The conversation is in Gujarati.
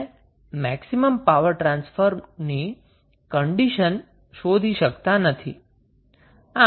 તમે મેક્સિમમ પાવર ટ્રાન્સફરની કન્ડીશનને શોધી શકતા નથી